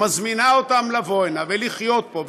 ומזמינה אותם לבוא הנה ולחיות פה,